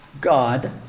God